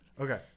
okay